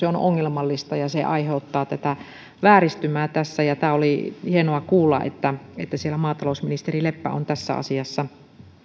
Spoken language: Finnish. on ongelmallista ja se aiheuttaa vääristymää tässä tämä oli hienoa kuulla että että siellä maatalousministeri leppä on tässä asiassa